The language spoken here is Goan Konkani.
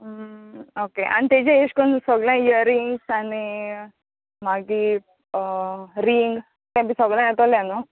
ओके आनी तेचेर येशकोन सोगळ्यां इयरींग्स आनी मागीर रिंग तें बी सोगळें येतोलें न्हू